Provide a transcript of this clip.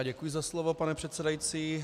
Děkuji za slovo, pane předsedající.